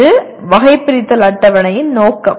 இது வகைபிரித்தல் அட்டவணையின் நோக்கம்